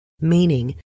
meaning